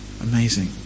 Amazing